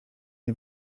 nie